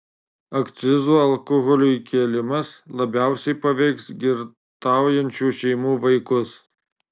akcizų alkoholiui kėlimas labiausiai paveiks girtaujančių šeimų vaikus